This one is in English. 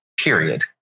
Period